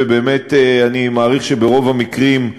ובאמת, אני מעריך שברוב המקרים,